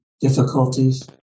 difficulties